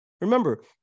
Remember